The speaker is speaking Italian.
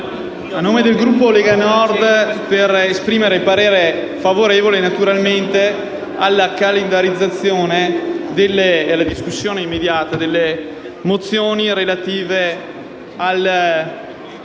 a nome del Gruppo Lega Nord per esprimere il nostro voto favorevole alla calendarizzazione e alla discussione immediata delle mozioni relative alla